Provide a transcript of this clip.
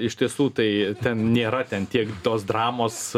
iš tiesų tai ten nėra ten tiek tos dramos